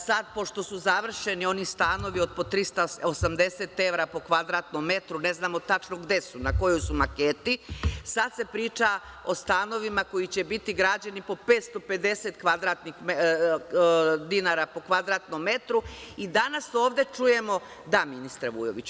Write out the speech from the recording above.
Sada, pošto su završeni oni stanovi od po 380 evra po kvadratnom metru, ne znamo tačno gde su, na kojoj su maketi, sada se priča o stanovima koji će biti građeni po 550 dinara po kvadratnom metru. (Dušan Vujović: Evra.) Da, ministre Vujoviću.